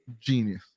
genius